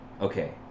okay